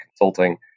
consulting